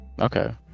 Okay